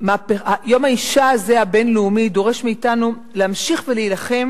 יום האשה הבין-לאומי דורש מאתנו להמשיך ולהילחם